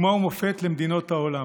היא דוגמה ומופת למדינות העולם.